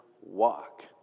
walk